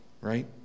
right